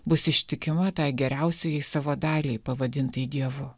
bus ištikima tai geriausiajai savo daliai pavadintai dievu